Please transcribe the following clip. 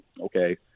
okay